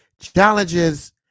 challenges